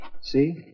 See